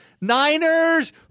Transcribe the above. Niners